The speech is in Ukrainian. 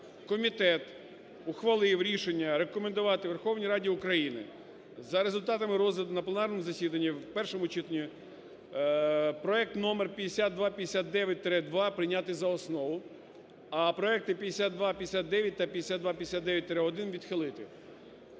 комітет ухвалив рішення рекомендувати Верховній Раді України за результатами розгляду на пленарному засіданні у першому читанні проект №5259-2 прийняти за основу, а проекти 5259 та 5259-1 відхилити.